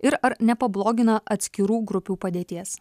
ir ar nepablogina atskirų grupių padėties